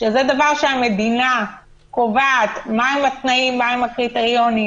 שזה דבר שהמדינה קובעת מהם התנאים והקריטריונים,